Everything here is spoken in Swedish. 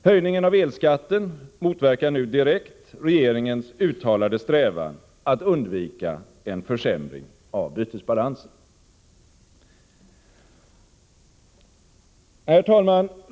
Höjningen av elskatten motverkar nu direkt regeringens uttalade strävan att undvika en Herr talman!